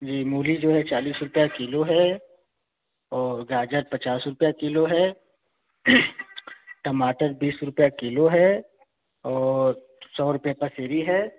जी मूली जो है चालीस रुपये किलो है और गाजर पचास रुपये किलो है टमाटर बीस रुपये किलो है और सौ रुपये पसेरी है